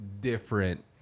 different